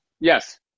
Yes